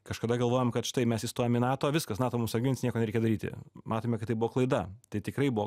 kažkada galvojom kad štai mes įstojom į nato viskas nato mus apgins nieko nereikia daryti matome kad tai buvo klaida tai tikrai buvo